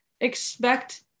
expect